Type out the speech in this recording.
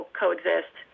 coexist